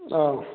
ꯑꯥ